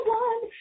one